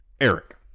Eric